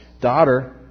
daughter